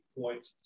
point